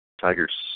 Tigers